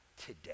today